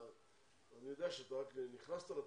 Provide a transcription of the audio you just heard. אני יודע שאתה רק נכנסת לתפקיד,